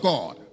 God